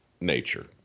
nature